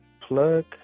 plug